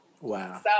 Wow